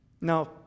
now